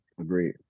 Agreed